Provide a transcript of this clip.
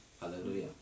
Hallelujah